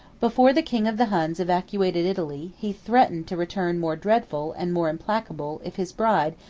before the king of the huns evacuated italy, he threatened to return more dreadful, and more implacable, if his bride,